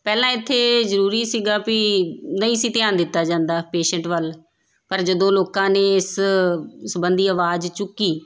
ਪਹਿਲਾਂ ਇੱਥੇ ਜ਼ਰੂਰੀ ਸੀਗਾ ਵੀ ਨਹੀਂ ਸੀ ਧਿਆਨ ਦਿੱਤਾ ਜਾਂਦਾ ਪੇਸ਼ੈਂਟ ਵੱਲ ਪਰ ਜਦੋਂ ਲੋਕਾਂ ਨੇ ਇਸ ਸਬੰਧੀ ਆਵਾਜ਼ ਚੁੱਕੀ